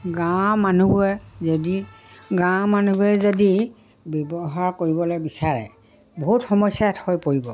গাঁৱৰ মানুহবোৰে যদি গাঁৱৰ মানুহবোৰে যদি ব্যৱসায় কৰিবলৈ বিচাৰে বহুত সমস্যা হৈ পৰিব